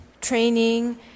training